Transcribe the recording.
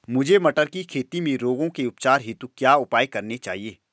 मुझे मटर की खेती में रोगों के उपचार हेतु क्या उपाय करने चाहिए?